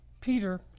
Peter